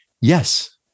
yes